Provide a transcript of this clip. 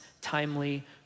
timely